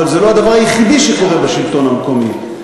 אבל זה לא הדבר היחידי שקורה בשלטון המקומי.